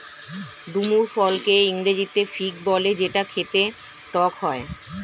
ডুমুর ফলকে ইংরেজিতে ফিগ বলে যেটা খেতে টক হয়